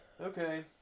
Okay